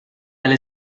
alle